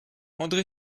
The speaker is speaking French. andré